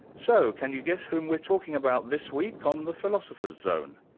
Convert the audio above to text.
so can you guess who we're talking about this week on the philosopher's zone?